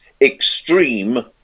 extreme